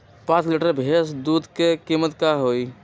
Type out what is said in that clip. पाँच लीटर भेस दूध के कीमत का होई?